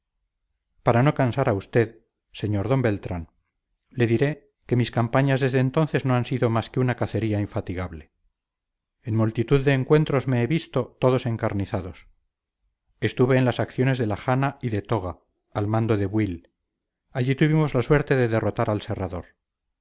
para no cansar a usted sr don beltrán le diré que mis campañas desde entonces no han sido más que una cacería infatigable en multitud de encuentros me he visto todos encarnizados estuve en las acciones de la jana y de toga al mando de buil allí tuvimos la suerte de derrotar al serrador